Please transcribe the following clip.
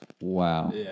Wow